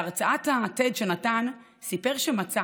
בהרצאת ה-TED שנתן סיפר שמצא